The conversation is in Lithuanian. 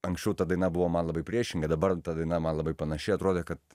anksčiau ta daina buvo man labai priešinga dabar ta daina man labai panaši atrodė kad